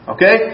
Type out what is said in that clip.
Okay